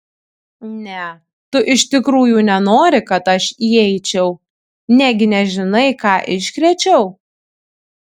ne tu iš tikrųjų nenori kad aš įeičiau negi nežinai ką iškrėčiau